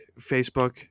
facebook